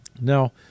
Now